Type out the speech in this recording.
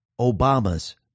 Obama's